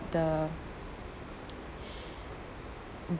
the